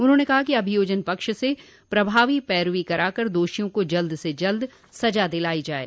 उन्होंने कहा कि अभियोजन पक्ष से प्रभावी पैरवी कराकर दोषियों को जल्द से जल्द सजा दिलाई जाये